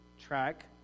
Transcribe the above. track